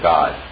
God